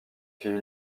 fille